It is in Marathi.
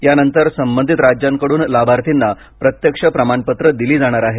यानंतर संबधित राज्यांकडून लाभार्थींना प्रत्यक्ष प्रमाण पत्रे दिली जाणार आहेत